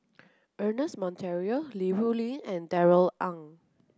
Ernest Monteiro Li Rulin and Darrell Ang